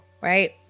right